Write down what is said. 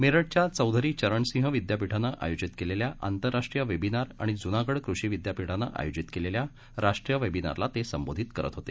मेरठच्या चौधरी चरणसिंह विद्यापीठानं आयोजित केलेल्या आंतरराष्ट्रीय वेबिनार आणि जुनागड कृषी विद्यापीठानं आयोजित केलेल्या राष्ट्रीय वेबिनारला ते संबोधित करत होते